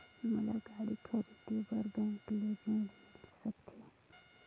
मोला गाड़ी खरीदे बार बैंक ले ऋण मिल सकथे?